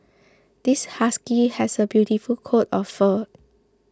this husky has a beautiful coat of fur